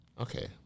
Okay